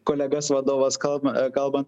kolegas vadovas kalba kalba